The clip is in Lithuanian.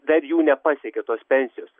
dar jų nepasiekė tos pensijos